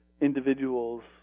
individual's